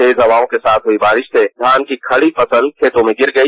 तेज हवाओं के साथ हुई बारिश से धान की खड़ी फसल खेतों में गिर गई